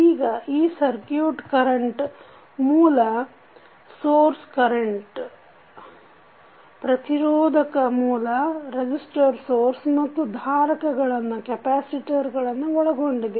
ಈಗ ಈ circuit current ಮೂಲ ಪ್ರತಿರೋಧಕ ಮೂಲ ಮತ್ತು ಧಾರಕಗಳನ್ನು ಒಳಗೊಂಡಿದೆ